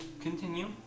Continue